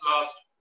last